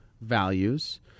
values